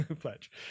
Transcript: pledge